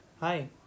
Hi